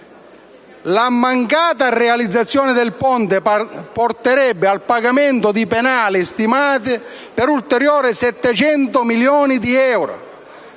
la mancata realizzazione del ponte porterebbe al pagamento di penali stimate sino ad ulteriori 700 milioni di euro.